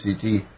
CT